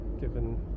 given